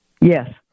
Yes